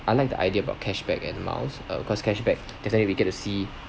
I like the idea about cashback and miles of course cashback definitely we get to see